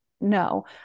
No